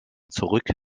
zurück